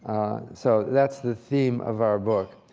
so that's the theme of our book.